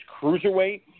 cruiserweight